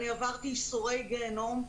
אני עברתי ייסורי גיהינום.